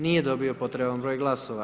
Nije dobio potreban broj glasova.